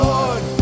Lord